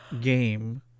game